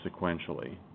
sequentially